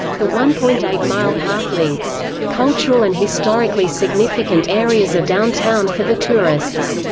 the one point eight mile path links cultural and historically significant areas of downtown for the tourists.